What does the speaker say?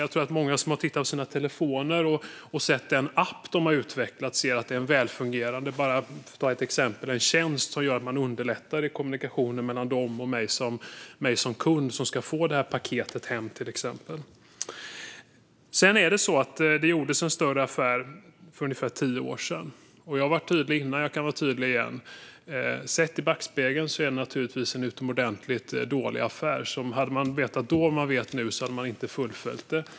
Jag tror att många som har tittat på sina telefoner och sett den app som de har utvecklat ser att det är en välfungerande tjänst som underlättar kommunikationen mellan dem och mig som kund som ska få paketet hem, till exempel. Det gjordes en större affär för ungefär tio år sedan. Jag har varit tydlig innan och kan vara tydlig igen: Sett i backspegeln var det naturligtvis en utomordentligt dålig affär. Hade man vetat då vad man vet nu hade man inte fullföljt den.